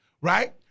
right